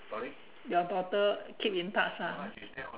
your daughter keep in touch ah